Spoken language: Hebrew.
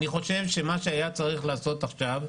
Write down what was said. אני חושב שמה שהיה צריך לעשות עכשיו,